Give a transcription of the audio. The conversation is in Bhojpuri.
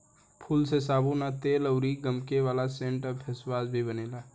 फूल से साबुन आ तेल अउर गमके वाला सेंट आ फेसवाश भी बनेला